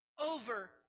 Over